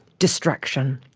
distraction.